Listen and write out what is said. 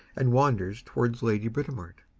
and wanders towards lady britomart.